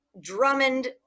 Drummond